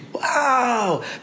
Wow